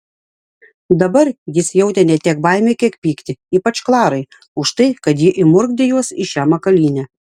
dabar jis jautė ne tiek baimę kiek pyktį ypač klarai už tai kad ji įmurkdė juos į šią makalynę